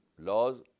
laws